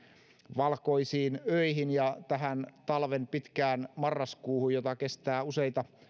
valkoisiin öihin ja tähän talven pitkään marraskuuhun jota kestää useita